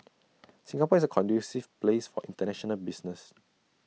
Singapore is A conducive place for International business